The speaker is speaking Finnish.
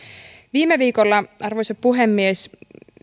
arvoisa puhemies